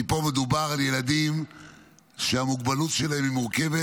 כי פה מדובר על ילדים שהמוגבלות שלהם היא מורכבת,